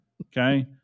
okay